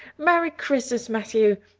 merry christmas, matthew!